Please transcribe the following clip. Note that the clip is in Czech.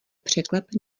překlep